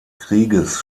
krieges